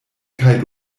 kaj